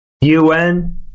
UN